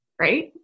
right